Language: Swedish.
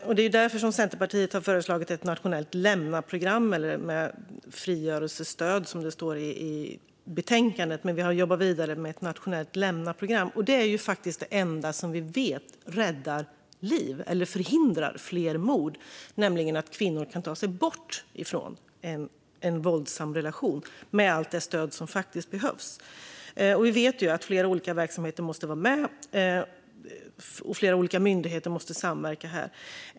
Det är därför Centerpartiet har föreslagit ett nationellt lämnaprogram. Det står frigörelsestöd i betänkandet, men vi har jobbat vidare med ett nationellt lämnaprogram. Det är faktiskt det enda som vi vet räddar liv, eller förhindrar fler mord, nämligen att kvinnor kan ta sig bort från en våldsam relation med allt det stöd som faktiskt behövs. Vi vet att flera olika verksamheter måste vara med och att flera olika myndigheter måste samverka.